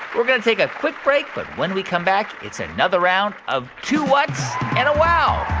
we're going to take a quick break, but when we come back, it's another round of two whats? and a wow!